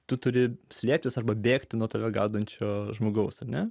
tu turi slėptis arba bėgti nuo tave gaudančio žmogaus ne